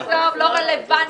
עזוב, לא רלוונטי.